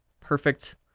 perfect